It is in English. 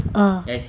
ah